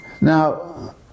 Now